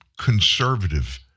conservative